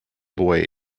boy